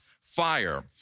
fire